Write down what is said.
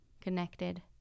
connected